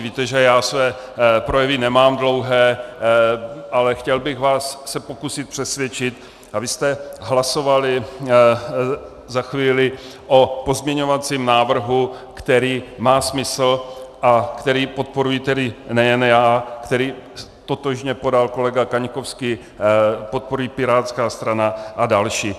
Víte, že já své projevy nemám dlouhé, ale chtěl bych se vás pokusit přesvědčit, abyste hlasovali za chvíli o pozměňovacím návrhu, který má smysl a který podporuji nejen já a který totožně podal kolega Kaňkovský, podporují Pirátská strana a další.